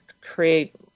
create